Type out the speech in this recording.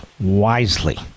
wisely